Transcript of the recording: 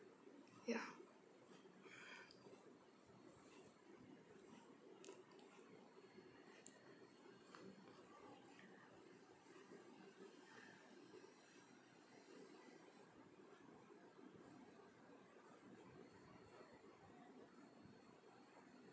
ya